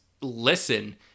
listen